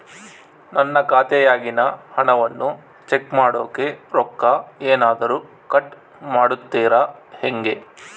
ನನ್ನ ಖಾತೆಯಾಗಿನ ಹಣವನ್ನು ಚೆಕ್ ಮಾಡೋಕೆ ರೊಕ್ಕ ಏನಾದರೂ ಕಟ್ ಮಾಡುತ್ತೇರಾ ಹೆಂಗೆ?